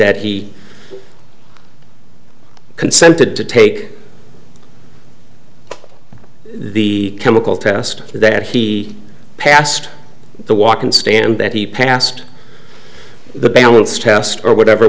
that he consented to take the chemical test that he passed the walk in stand that he passed the balance test or whatever